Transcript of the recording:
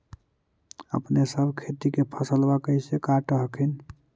अपने सब खेती के फसलबा कैसे काट हखिन?